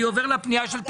אני עובר לפנייה של תחבורה.